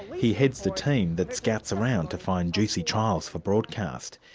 he heads the team that scouts around to find juicy trials for broadcast.